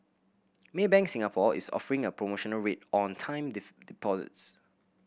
Maybank Singapore is offering a promotional rate on time deposits